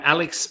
Alex